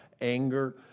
anger